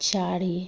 चारि